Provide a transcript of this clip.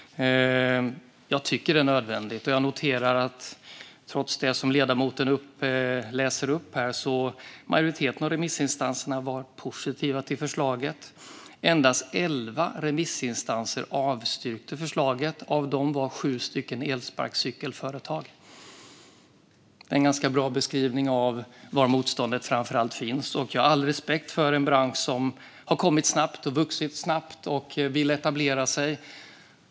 Jag tycker att det är nödvändigt att ha det. Trots det som ledamoten läser upp här noterar jag att majoriteten av remissinstanserna var positiva till förslaget. Endast elva remissinstanser avstyrkte förslaget. Av dem var sju stycken elsparkcykelföretag. Det är en ganska bra beskrivning av var motståndet framför allt finns. Jag har all respekt för en bransch som har kommit och vuxit snabbt och som vill etablera sig.